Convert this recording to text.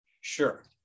Sure